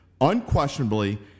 unquestionably